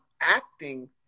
acting